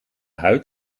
huid